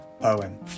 poem